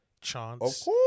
chance